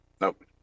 nope